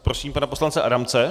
Prosím pana poslance Adamce.